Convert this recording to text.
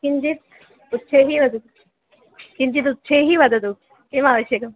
किञ्चित् उच्चैः वदतु किञ्चित् उच्चैः वदतु किम् आवश्यकम्